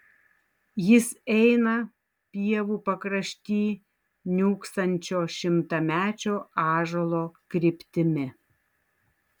jis eina pievų pakrašty niūksančio šimtamečio ąžuolo kryptimi